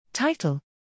Title